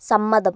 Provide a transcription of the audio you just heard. സമ്മതം